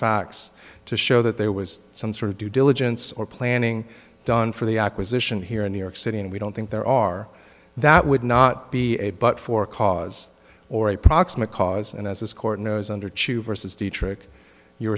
facts to show that there was some sort of due diligence or planning done for the acquisition here in new york city and we don't think there are that would not be a but for cause or a proximate cause and as this court knows under chu versus dietrich you